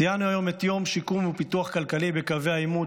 ציינו היום את יום שיקום ופיתוח כלכלי בקווי העימות,